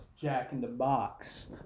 jack-in-the-box